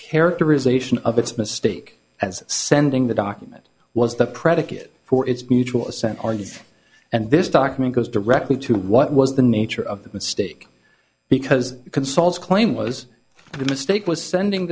characterization of its mistake as sending the document was the predicate for its mutual assent args and this document goes directly to what was the nature of the mistake because consoles claim was that a mistake was sending